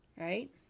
right